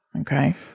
Okay